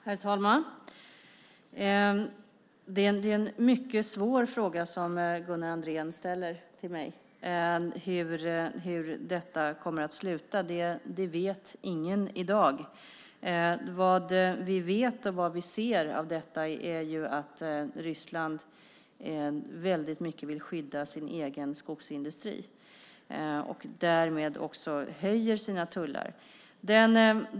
Herr talman! Det är en mycket svår fråga som Gunnar Andrén ställer till mig om hur detta kommer att sluta. Det vet ingen i dag. Vad vi vet och vad vi ser är att Ryssland väldigt mycket vill skydda sin egen skogsindustri och därmed också höjer sina tullar.